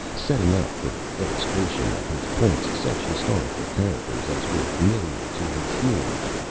setting up for illustration of his points such historical characters as were familiar to his hearers,